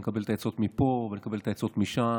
אני מקבל את העצות מפה ומקבל את העצות משם,